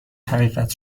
حقیقت